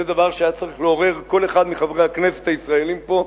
זה דבר שהיה צריך לעורר כל אחד מחברי הכנסת הישראלים פה,